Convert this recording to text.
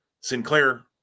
Sinclair